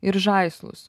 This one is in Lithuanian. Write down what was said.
ir žaislus